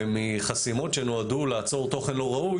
ומחסימות שנועדו לעצור תוכן לא ראוי